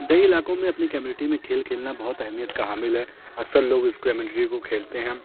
دیہی علاقوں میں اپنی کمیونٹی میں کھیل کھیلنا بہت اہمیت کا حامل ہے اکثر لوگ اس کمیونٹی کو کھیلتے ہیں